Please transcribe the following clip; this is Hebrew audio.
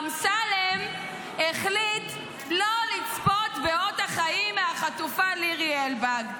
אמסלם החליט לא לצפות באות החיים מהחטופה לירי אלבג.